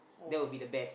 that would be the best